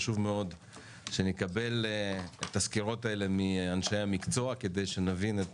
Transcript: חשוב מאוד שנקבל את הסקירות הללו מאנשי המקצוע כדי שנבין את